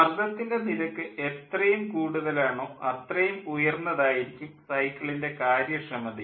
മർദ്ദത്തിൻ്റെ നിരക്ക് എത്രയും കൂടുതലാണോ അത്രയും ഉയർന്നതായിരിക്കും സൈക്കിളിൻ്റെ കാര്യക്ഷമതയും